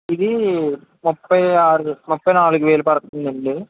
ఇది ముప్పై ఆరు ముఫై నాలుగు వేలు పడుతుందండి